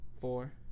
Four